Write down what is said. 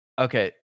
Okay